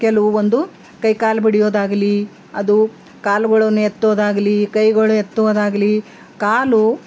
ಕೆಲವು ಒಂದು ಕೈ ಕಾಲು ಬಡಿಯೋದಾಗಲಿ ಅದು ಕಾಲುಗಳನ್ನು ಎತ್ತೋದಾಗಲಿ ಕೈಗಳು ಎತ್ತುವುದಾಗಲಿ ಕಾಲು